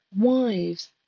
Wives